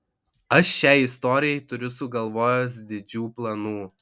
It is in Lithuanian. aš šiai istorijai turiu sugalvojęs didžių planų